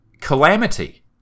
Calamity